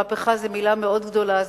מהפכה, זאת מלה מאוד גדולה.